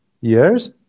years